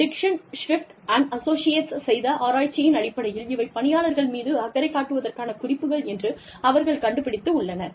Dixon Swift associates செய்த ஆராய்ச்சியின் அடிப்படையில் இவை பணியாளர்கள் மீது அக்கறை காட்டுவதற்கான குறிப்புகள் என்று அவர்கள் கண்டுபிடித்துள்ளனர்